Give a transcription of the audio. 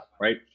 right